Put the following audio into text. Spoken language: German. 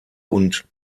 und